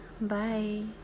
Bye